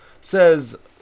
says